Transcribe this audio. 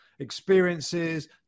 experiences